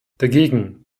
dagegen